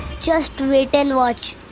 just wait and watch.